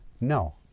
No